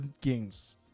games